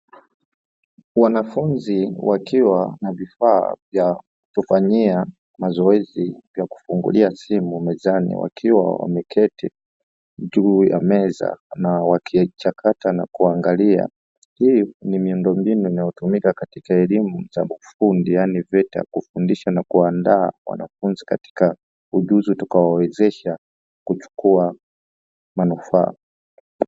Wanafunzi wakiwa na vifaa vya kufanyia mazoezi ya kufungulia simu mezani, wakiwa wameketi juu ya meza na wakichakata na kuangalia hii ni miundombinu inayotumika katika elimu za ufundi yaani veta kufundisha na kuandaa mwanafunzi katika ujuzi utakaowawezesha kuchukua manufaa.